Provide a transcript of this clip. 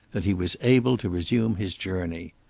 that he was able to resume his journey.